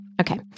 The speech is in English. Okay